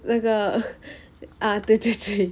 那个 ah 对对对